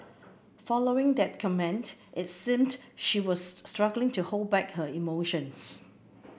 following that comment it seemed she was struggling to hold back her emotions